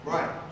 Right